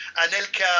Anelka